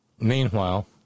Meanwhile